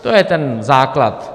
To je ten základ.